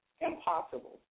impossible